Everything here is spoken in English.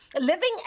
living